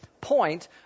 point